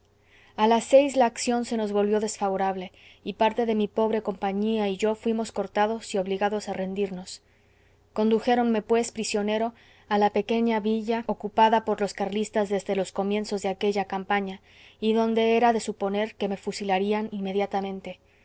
a las seis la acción se nos volvió desfavorable y parte de mi pobre compañía y yo fuimos cortados y obligados a rendirnos condujéronme pues prisionero a la pequeña villa de ocupada por los carlistas desde los comienzos de aquella campaña y donde era de suponer que me fusilarían inmediatamente